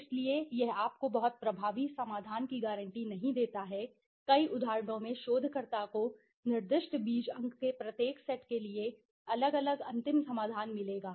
इसलिए यह आपको बहुत प्रभावी समाधान की गारंटी नहीं देता है कई उदाहरणों में शोधकर्ता को निर्दिष्ट बीज अंक के प्रत्येक सेट के लिए अलग अलग अंतिम समाधान मिलेगा